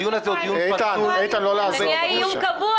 הדיון הזה הוא דיון פסול -- זה נהיה איום קבוע.